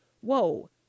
whoa